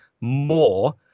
more